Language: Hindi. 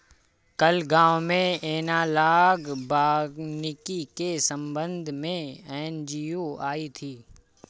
कल गांव में एनालॉग वानिकी के संबंध में एन.जी.ओ आई थी